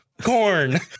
Corn